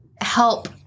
help